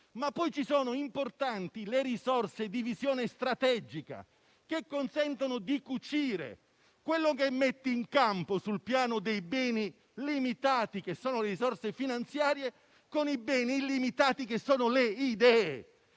tecnologiche e, importanti, quelle di visione strategica, che consentono di cucire quanto si mette in campo sul piano dei beni limitati, che sono le risorse finanziarie, con i beni illimitati, che sono le idee.